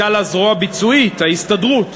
הייתה לה זרוע ביצועית, ההסתדרות.